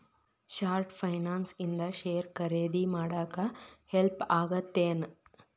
short finance ಇಂದ share ಖರೇದಿ ಮಾಡಾಕ ಹೆಲ್ಪ್ ಆಗತ್ತೇನ್